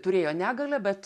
turėjo negalią bet